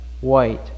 white